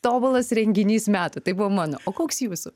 tobulas renginys metų tai buvo mano o koks jūsų